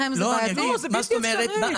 לא, זה בלתי אפשרי.